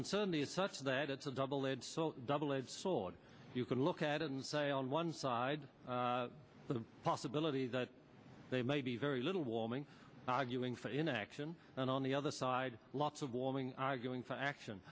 uncertainty is such that it's a double edged sword double edged sword you can look at it and say on one side the possibility that they may be very little warming arguing for inaction and on the other side lots of warming arguing for action